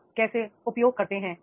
आप कैसे उपयोग करते हैं